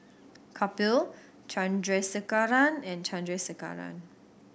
Kapil Chandrasekaran and Chandrasekaran